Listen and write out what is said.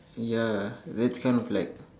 ya that's kind of like